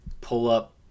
pull-up